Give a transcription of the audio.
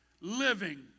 living